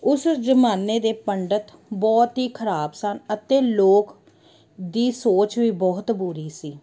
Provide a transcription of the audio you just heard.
ਉਸ ਜ਼ਮਾਨੇ ਦੇ ਪੰਡਿਤ ਬਹੁਤ ਹੀ ਖ਼ਰਾਬ ਸਨ ਅਤੇ ਲੋਕ ਦੀ ਸੋਚ ਵੀ ਬਹੁਤ ਬੁਰੀ ਸੀ